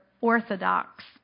orthodox